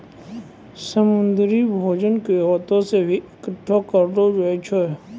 समुन्द्री भोजन के हाथ से भी इकट्ठा करलो जाय छै